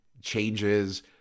changes